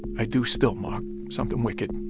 i do still, marg, something wicked